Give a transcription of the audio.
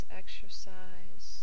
exercise